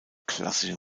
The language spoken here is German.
klassische